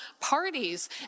parties